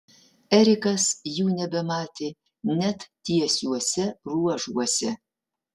erikas jų nebematė net tiesiuose ruožuose